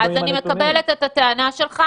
אני מקבלת את הטענה שלך,